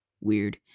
Weird